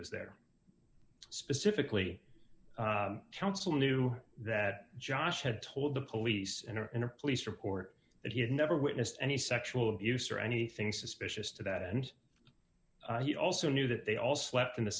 was there specifically counsel knew that josh had told the police enter in a police report that he had never witnessed any sexual abuse or anything suspicious to that and he also knew that they also left in the